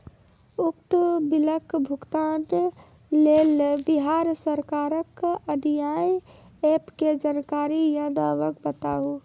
उक्त बिलक भुगतानक लेल बिहार सरकारक आअन्य एप के जानकारी या नाम बताऊ?